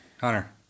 Connor